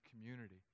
community